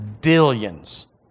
billions